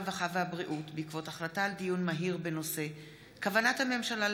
הרווחה והבריאות בעקבות דיון מהיר בהצעתם של